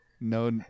no